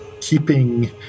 keeping